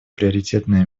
приоритетное